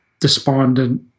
despondent